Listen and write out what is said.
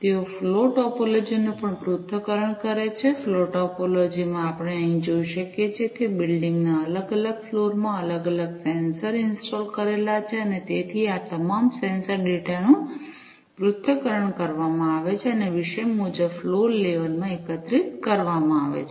તેઓ flow topology નું પણ પૃથ્થકરણ કરે છે ફ્લો ટોપોલોજી માં આપણે અહીં જોઈ શકીએ છીએ કે બિલ્ડિંગ ના અલગ અલગ ફ્લોર માં અલગ અલગ સેન્સર ઇન્સ્ટોલ કરેલા છે અને તેથી આ તમામ સેન્સર ડેટા નું પૃથ્થકરણ કરવામાં આવે છે અને વિષય મુજબ ફ્લોર લેવલ માં એકત્રિત કરવામાં આવે છે